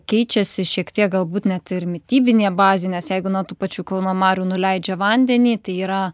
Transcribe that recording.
keičiasi šiek tiek galbūt net ir mitybinė bazė nes jeigu na tų pačių kauno marių nuleidžia vandenį tai yra